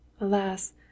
Alas